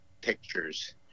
pictures